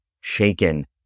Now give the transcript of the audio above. shaken